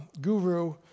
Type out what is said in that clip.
guru